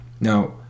Now